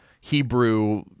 Hebrew